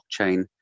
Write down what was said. blockchain